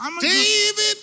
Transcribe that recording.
David